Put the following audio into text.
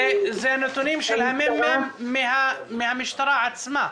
נכונים --- אלה נתונים של הממ"מ מהמשטרה עצמה.